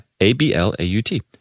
A-B-L-A-U-T